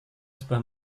sebuah